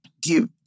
give